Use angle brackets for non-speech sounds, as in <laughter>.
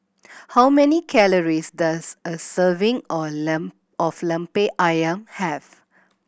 how many calories does a serving on <unintelligible> of Lemper Ayam have